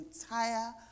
entire